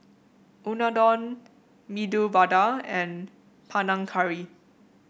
Unadon Medu Vada and Panang Curry